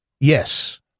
Yes